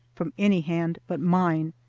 from any hand but mine.